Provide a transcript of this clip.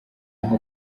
nko